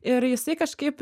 ir jisai kažkaip